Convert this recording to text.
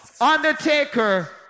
Undertaker